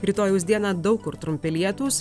rytojaus dieną daug kur trumpi lietūs